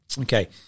Okay